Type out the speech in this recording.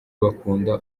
bakunda